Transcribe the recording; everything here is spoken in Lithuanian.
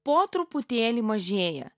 po truputėlį mažėja